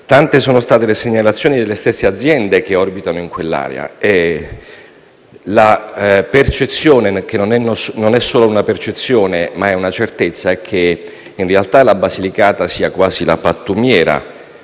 tante sono state le segnalazioni delle stesse aziende che orbitano in quell'area. La percezione - che non è solo una percezione, ma una certezza - è che la Basilicata sia quasi una pattumiera;